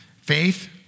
Faith